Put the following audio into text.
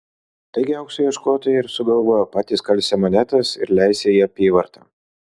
taigi aukso ieškotojai ir sugalvojo patys kalsią monetas ir leisią į apyvartą